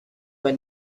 were